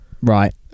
Right